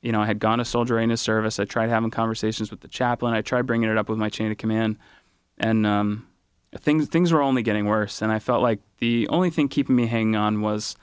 you know i had gone a soldier in a service i tried having conversations with the chaplain i try to bring it up with my chain of command and i think things are only getting worse and i felt like the only thing keeping me hanging on was